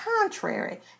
contrary